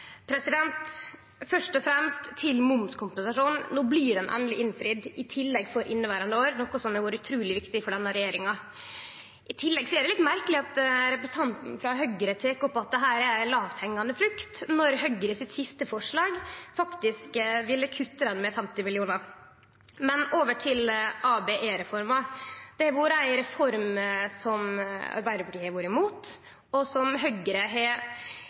Først og fremst, til momskompensasjonen: No blir det endeleg innfridd – i tillegg for inneverande år, noko som har vore utruleg viktig for denne regjeringa. Det er litt merkeleg at representanten frå Høgre tek opp at dette er ei lågthengjande frukt, når det siste forslaget frå Høgre faktisk ville kutte ordninga med 50 mill. kr. Over til ABE-reforma: Det har vore ei reform som Arbeidarpartiet har vore imot, og som Høgre har